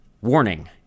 Warning